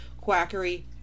quackery